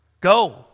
Go